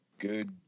good